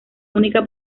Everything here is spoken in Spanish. única